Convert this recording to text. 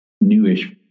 newish